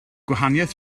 gwahaniaeth